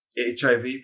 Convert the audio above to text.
HIV